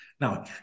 Now